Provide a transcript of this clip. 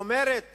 אומרת